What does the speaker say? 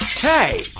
Hey